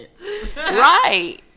Right